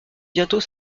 bientôt